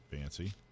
Fancy